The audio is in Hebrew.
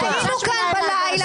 היינו כאן בלילה,